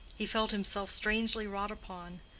he felt himself strangely wrought upon.